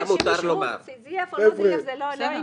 זה שמישהו זייף או לא זייף, זה לא ענייני.